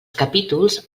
capítols